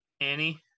Annie